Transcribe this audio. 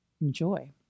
enjoy